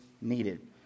needed